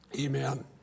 Amen